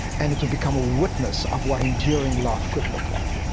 and to become a witness of what enduring love could look like.